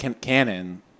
canon